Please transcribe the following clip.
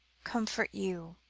comfort you, you,